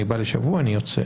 אני בא לשבוע ואני יוצא.